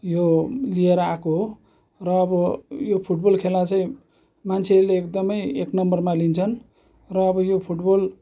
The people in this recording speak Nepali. यो लिएर आएको हो र अब यो फुटबल खेला चाहिँ मान्छेले एकदमै एक नम्बरमा लिन्छन् र अब यो फुटबल